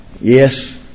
Yes